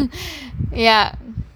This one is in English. ya